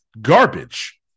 garbage